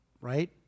Right